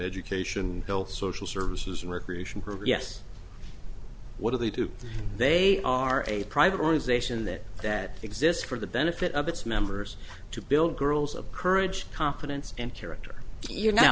education health social services and recreation progress what do they do they are a private organization that that exists for the benefit of its members to build girls of courage confidence and character you